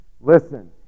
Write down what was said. listen